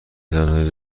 تنهایی